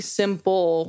simple